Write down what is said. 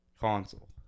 console